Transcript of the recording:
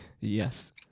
Yes